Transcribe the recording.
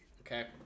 okay